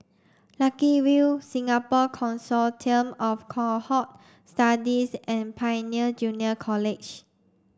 Lucky View Singapore Consortium of Cohort Studies and Pioneer Junior College